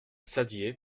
saddier